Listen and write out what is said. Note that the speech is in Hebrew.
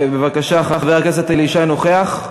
חבר הכנסת אלי ישי, נוכח?